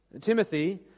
Timothy